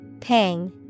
Pang